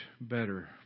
better